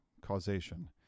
causation